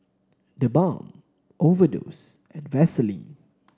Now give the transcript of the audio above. TheBalm Overdose and Vaseline